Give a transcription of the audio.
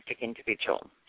individual